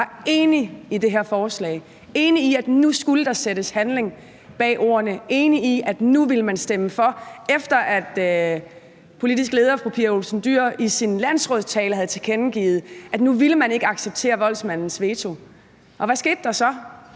var enige i det her forslag – enige i, at nu skulle der sættes handling bag ordene, enige i, at nu ville man stemme for, efter at politisk leder, fru Pia Olsen Dyhr, i sin landsrådstale havde tilkendegivet, at nu ville man ikke acceptere voldsmandens veto. Hvad skete der så?